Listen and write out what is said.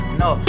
no